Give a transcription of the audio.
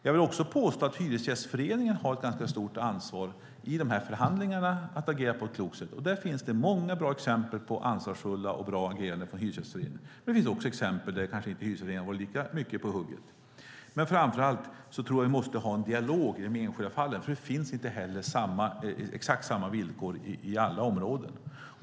Jag vill påstå att Hyresgästföreningen har ett ganska stort ansvar att agera på ett klokt sätt i de här förhandlingarna. Där finns det många bra exempel på ansvarsfulla och bra ageranden från Hyresgästföreningen. Men det finns också exempel på att Hyresgästföreningen kanske inte har varit lika mycket på hugget. Framför allt tror jag att man måste ha en dialog i de enskilda fallen. Det finns inte exakt samma villkor i alla områden.